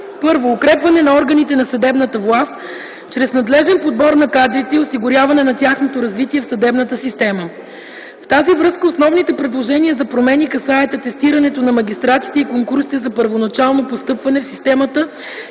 1. Укрепване на органите на съдебната власт чрез надлежен подбор на кадрите и осигуряване на тяхното развитие в съдебната система. В тази връзка основните предложения за промени касаят атестирането на магистратите и конкурсите за първоначално постъпване в системата